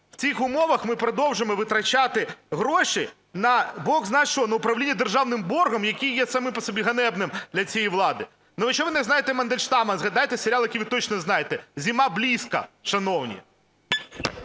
В цих умовах ми продовжуємо витрачати гроші на бозна що, ну, управління державним боргом, яке є саме по собі ганебним для цієї влади. Якщо ви не знаєте Мандельштама, згадайте серіал, який ви точно знаєте. Зима близко, шановні.